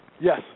Yes